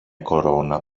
κορώνα